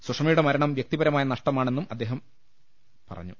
സുഷമയുടെ മരണം വൃക്തിപരമായ നഷ്ടമാണെന്നും അദ്ദേഹം പറഞ്ഞു